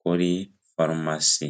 kuri farumasi.